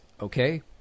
okay